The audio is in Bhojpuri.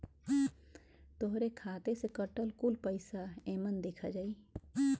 तोहरे खाते से कटल कुल पइसा एमन देखा जाई